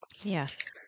Yes